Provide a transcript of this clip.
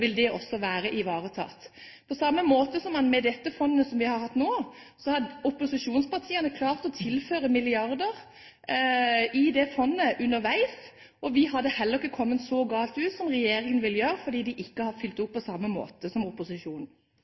vil det også bli ivaretatt. På samme måte har opposisjonspartiene klart å tilføre milliarder i det fondet som vi har hatt nå, underveis. Vi hadde heller ikke kommet så galt ut som regjeringen vil gjøre, fordi de ikke har fulgt opp på samme måte som opposisjonen.